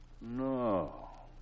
No